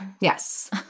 yes